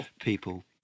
people